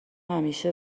همیشه